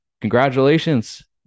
congratulations